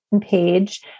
page